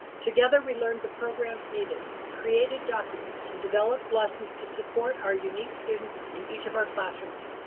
together we learned the programs needed, created documents and developed lessons to support our unique students in each of our classrooms.